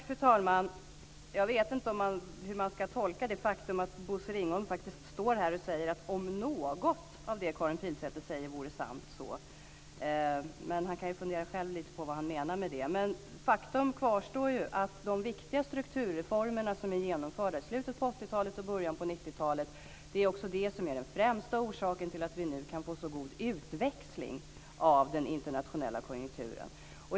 Fru talman! Jag vet inte hur man ska tolka det faktum att Bosse Ringholm här faktiskt talar i termer av om något av det som Karin Pilsäter säger vore sant osv. Han kan själv fundera lite över vad han menar med det. Faktum kvarstår att det är de viktiga strukturreformer som genomfördes i slutet av 80-talet och i början av 90-talet som är den främsta orsaken till att vi nu kan få en så god utväxling av den internationella konjunkturen.